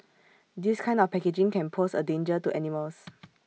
this kind of packaging can pose A danger to animals